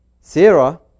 Sarah